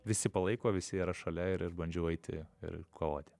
visi palaiko visi yra šalia ir ir bandžiau eiti ir kovoti